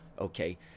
okay